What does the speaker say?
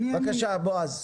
בבקשה, בועז.